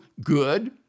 good